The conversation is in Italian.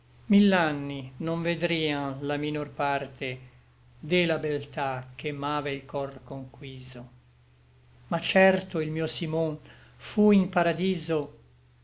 quell'arte mill'anni non vedrian la minor parte de la beltà che m'ave il cor conquiso ma certo il mio simon fu in paradiso